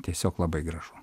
tiesiog labai gražu